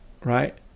right